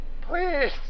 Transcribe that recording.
Please